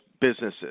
businesses